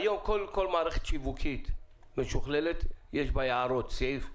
היום כל מערכת שיווקית משוכללת יש בה הערות, סעיף,